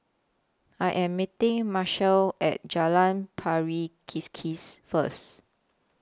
I Am meeting Marshall At Jalan Pari Kikis First